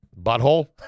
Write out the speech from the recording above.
Butthole